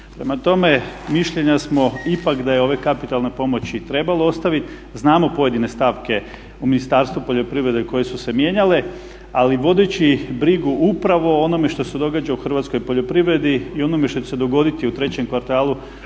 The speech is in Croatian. Prema tome, mišljenja smo ipak da je ove kapitalne pomoći trebalo ostaviti. Znamo pojedine stavke u Ministarstvu poljoprivrede koje su se mijenjale, ali vodeći brigu upravo o onome što se događa u hrvatskoj poljoprivredi i onome što će se dogoditi u trećem kvartalu,